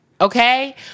Okay